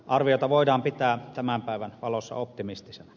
arviota voidaan pitää tämän päivän valossa optimistisena